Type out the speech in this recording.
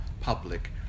public